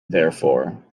therefore